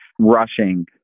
rushing